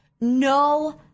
no